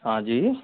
हाँ जी